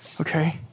Okay